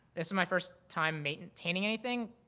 this is my first time maintaining anything.